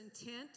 intent